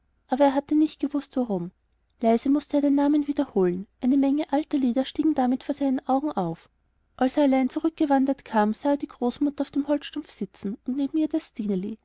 aber er hatte nicht gewußt warum leise mußte er die namen wiederholen eine menge alter lieder stiegen damit vor seinen augen auf als er allein zurückgewandert kam sah er die großmutter auf dem holzstumpf sitzen und neben ihr das